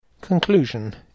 Conclusion